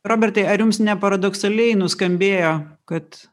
robertai ar jums ne paradoksaliai nuskambėjo kad